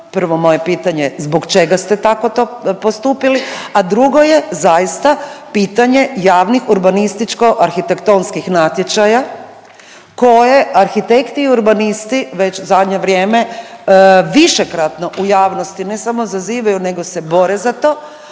Prvo moje pitanje, zbog čega ste tako to postupili, a drugo je zaista pitanje javnih urbanističko-arhitektonskih natječaja koje arhitekti i urbanisti već zadnje vrijeme višekratno u javnosti, ne samo zazivaju nego se bore za to,